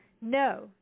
no